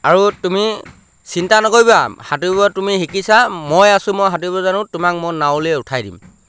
আৰু তুমি চিন্তা নকৰিবা সাঁতুৰিব তুমি শিকিছা মই আছো মই সাঁতুৰিব জানো তোমাক মই নাৱলৈ উঠাই দিম